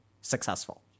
successful